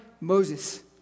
Moses